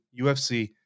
UFC